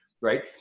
right